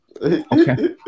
Okay